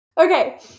Okay